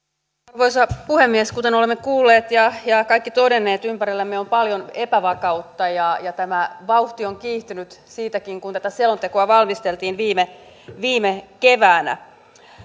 arvoisa puhemies kuten olemme kuulleet ja kaikki todenneet ympärillämme on paljon epävakautta ja tämä vauhti on kiihtynyt siitäkin kun tätä selontekoa valmisteltiin viime viime keväänä